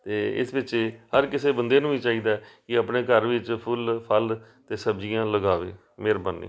ਅਤੇ ਇਸ ਵਿੱਚ ਹਰ ਕਿਸੇ ਬੰਦੇ ਨੂੰ ਵੀ ਚਾਹੀਦਾ ਕਿ ਆਪਣੇ ਘਰ ਵਿੱਚ ਫੁੱਲ ਫਲ ਅਤੇ ਸਬਜ਼ੀਆਂ ਲਗਾਵੇ ਮਿਹਰਬਾਨੀ